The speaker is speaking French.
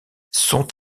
sont